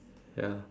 ya